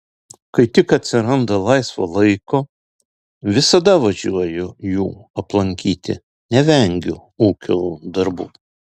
kai tik atsiranda laisvo laiko visada važiuoju jų aplankyti nevengiu ūkio darbų